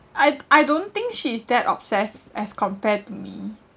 I I don't think she's that obsessed as compared to me